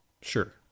sure